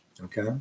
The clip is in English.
okay